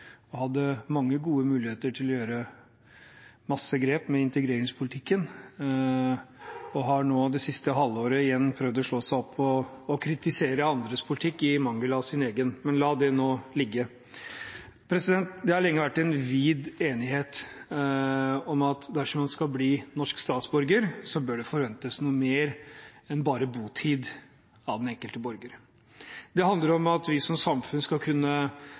og hadde mange gode muligheter til å gjøre mange grep med integreringspolitikken, og de har det siste halvåret igjen prøvd å slå seg opp på å kritisere andres politikk i mangel på sin egen. Men la det nå ligge. Det har lenge vært en bred enighet om at dersom man skal bli norsk statsborger, bør det forventes noe mer enn bare botid av den enkelte borger. Det handler om at vi som samfunn skal kunne